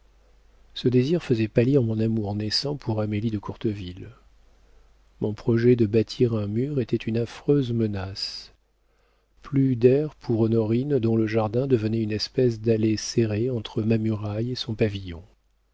ce désir faisait pâlir mon amour naissant pour amélie de courteville mon projet de bâtir un mur était une affreuse menace plus d'air pour honorine dont le jardin devenait une espèce d'allée serrée entre ma muraille et son pavillon